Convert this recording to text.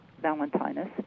Valentinus